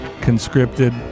conscripted